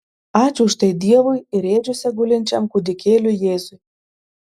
ačiū už tai dievui ir ėdžiose gulinčiam kūdikėliui jėzui